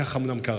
וכך גם קרה.